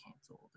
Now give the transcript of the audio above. canceled